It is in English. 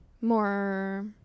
more